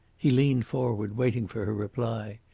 he leaned forward, waiting for her reply.